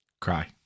Cry